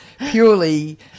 purely